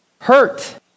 hurt